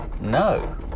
no